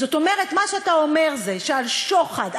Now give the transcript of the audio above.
זאת אומרת שמה שאתה אומר זה שעל שוחד,